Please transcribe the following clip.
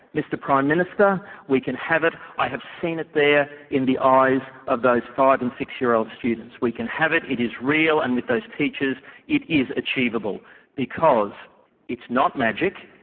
mr prime minister, we can have it, i have seen it there in the eyes of those five and six-year-old students, we can have it, it is real, and with those teachers it is achievable because it's not magic,